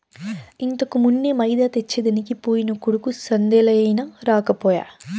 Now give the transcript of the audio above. ఇంతకుమున్నే మైదా తెచ్చెదనికి పోయిన కొడుకు సందేలయినా రాకపోయే